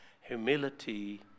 humility